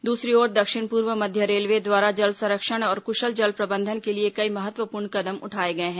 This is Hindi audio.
दूसरी ओर दक्षिण पूर्व मध्य रेलवे द्वारा जल संरक्षण और कुशल जल प्रबंधन के लिए कई महत्वपूर्ण कदम उठाए गए हैं